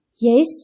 Yes